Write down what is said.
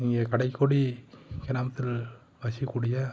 இங்கே கடைக்கோடி கிராமத்தில் வசிக்கக்கூடிய